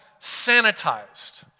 sanitized